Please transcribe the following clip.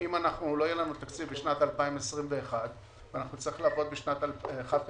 אם לא יהיה לנו תקציב לשנת 2021 אנחנו נצטרך לעבוד על פי תקציב של 1/12,